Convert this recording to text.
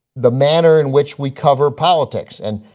the manner in which we cover politics. and,